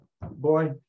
boy